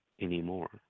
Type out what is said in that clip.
anymore